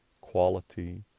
quality